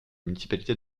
municipalité